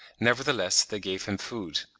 nevertheless they gave him food.